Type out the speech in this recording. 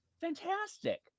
fantastic